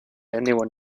anyone